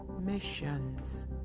missions